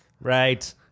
Right